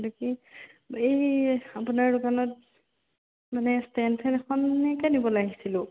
এইটো কি এই আপোনাৰ দোকানত মানে ষ্টেণ্ড ফেন এখনকে নিবলৈ আহিছিলোঁ